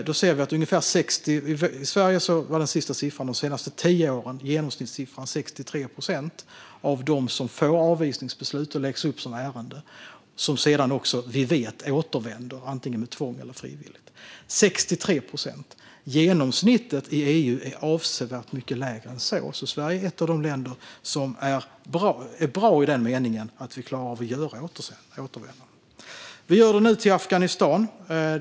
Den sista genomsnittssiffran för Sverige de senaste tio åren är 63 procent av dem som får avvisningsbeslut, läggs upp som ärenden och som vi vet sedan också återvänder, antingen med tvång eller frivilligt. Genomsnittet i EU är avsevärt mycket lägre än det. Sverige är alltså ett av de länder som är bra i den meningen att vi klarar av att genomföra återvändanden. Det sker nu till Afghanistan.